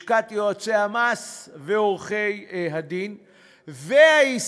לשכת יועצי המס ולשכת עורכי-הדין וההסתדרות,